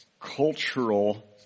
cultural